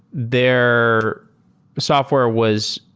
their software was,